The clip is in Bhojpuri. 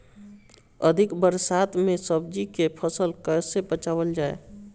अधिक बरसात में सब्जी के फसल कैसे बचावल जाय?